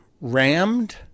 rammed